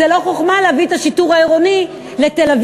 זאת לא חוכמה להביא את השיטור העירוני לתל-אביב,